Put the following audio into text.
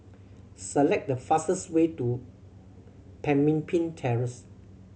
select the fastest way to Pemimpin Terrace